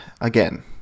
again